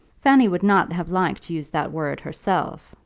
fanny would not have liked to use that word herself,